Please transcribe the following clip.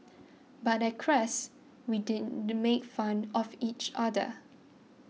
but at Crest we didn't make fun of each other